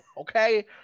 Okay